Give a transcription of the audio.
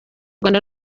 rwanda